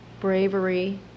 bravery